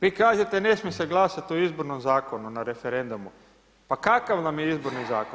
Vi kažete ne smije se glasati o Izbornom zakonu na referendumu, pa kakav nam je Izborni Zakon?